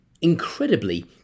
Incredibly